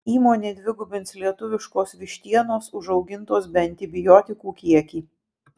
įmonė dvigubins lietuviškos vištienos užaugintos be antibiotikų kiekį